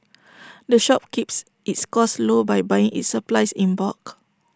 the shop keeps its costs low by buying its supplies in bulk